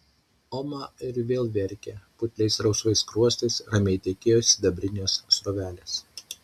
oma ir vėl verkė putliais rausvais skruostais ramiai tekėjo sidabrinės srovelės